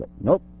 Nope